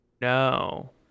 No